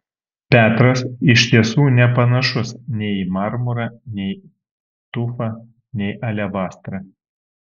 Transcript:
petras iš tiesų nepanašus nei į marmurą nei tufą nei alebastrą